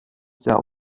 der